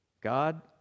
God